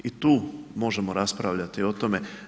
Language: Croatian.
I tu možemo raspravljati o tome.